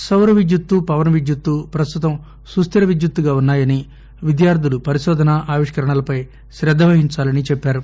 సౌర పవన విద్యుత్తు ప్రస్తుతం సుస్తిర విద్యుత్తుగా ఉన్నాయని విద్యార్లులు పరిశోధన ఆవిష్కరణలపై శ్రద్ద వహించాలని చెప్పారు